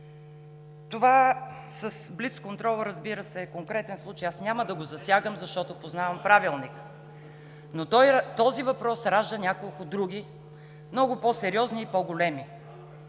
Това с блицконтрола, разбира се, е конкретен случай. Аз няма да го засягам, защото познавам Правилника, но този въпрос ражда няколко други много по-сериозни и по-големи